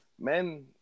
men